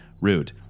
rude